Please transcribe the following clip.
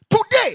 today